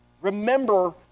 Remember